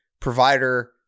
provider